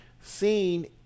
seen